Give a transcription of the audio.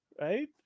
right